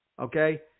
okay